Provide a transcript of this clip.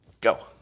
Go